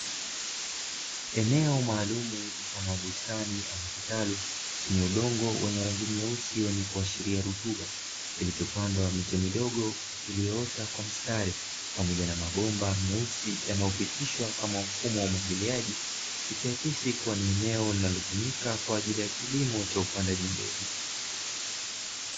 Eneo maalumu mfano wa bustani ama kitalu chenye udongo wenye rangi nyeusi, kuashiria rutuba kilichopandwa miche midogo iliyoota kwa mstari pamoja na mabomba meusi yanayopitishwa kama mfumo wa umwagiliaji, ikiakisi kama ni eneo linalotumia kwajili ya kilimo cha upandaji mbegu.